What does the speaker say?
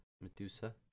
Medusa